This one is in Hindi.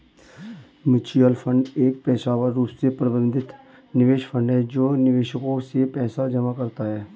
म्यूचुअल फंड एक पेशेवर रूप से प्रबंधित निवेश फंड है जो निवेशकों से पैसा जमा कराता है